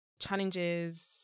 challenges